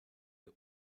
ihr